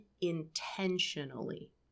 intentionally